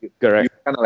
Correct